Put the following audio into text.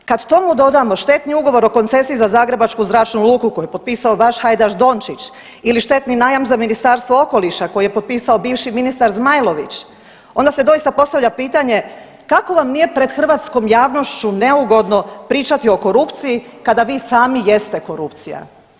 Kad tomu dodamo štetni ugovor o koncesiji za Zagrebačku zračnu luku koju je potpisao vaš Hajdaš Dončić ili štetni najam za Ministarstvo okoliša koji je potpisao bivši ministra Zmajlović onda se doista postavlja pitanje, kako vam nije pred hrvatskom javnošću neugodno pričati o korupciji kada vi sami jeste korupcija?